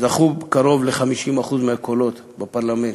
זכו בקרוב ל-50% מהקולות בפרלמנט,